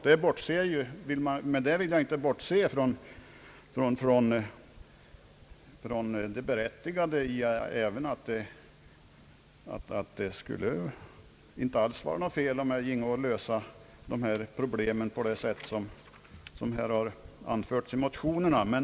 Men därmed vill jag inte säga att det i och för sig skulle vara något fel om dessa problem kunde lösas på det sätt som föreslagits i motionerna.